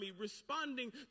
responding